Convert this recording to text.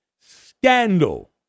scandal